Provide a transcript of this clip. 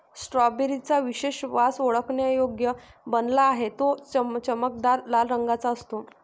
strawberry चा विशेष वास ओळखण्यायोग्य बनला आहे, तो चमकदार लाल रंगाचा असतो